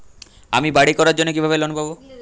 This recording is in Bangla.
আমি বাড়ি করার জন্য কিভাবে লোন পাব?